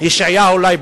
ישעיהו ליבוביץ,